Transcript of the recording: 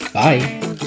Bye